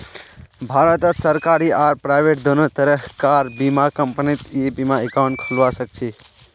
भारतत सरकारी आर प्राइवेट दोनों तरह कार बीमा कंपनीत ई बीमा एकाउंट खोलवा सखछी